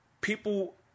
people